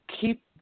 keep